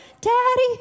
daddy